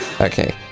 Okay